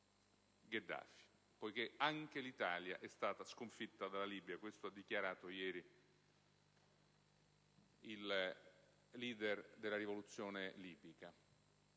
Gheddafi», poiché «anche l'Italia è stata sconfitta dalla Libia». Questo è quanto ha dichiarato ieri il leader della rivoluzione libica.